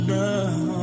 now